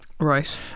Right